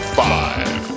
five